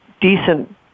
decent